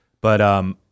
but-